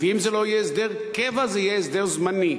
ואם זה לא יהיה הסדר קבע זה יהיה הסדר זמני.